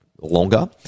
longer